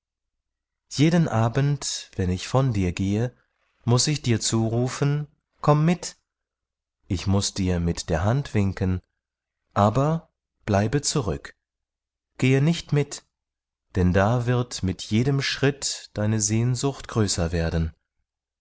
jeden abend wenn ich von dir gehe muß ich dir zurufen komm mit ich muß dir mit der hand winken aber bleibe zurück gehe nicht mit denn da wird mit jedem schritt deine sehnsucht größer werden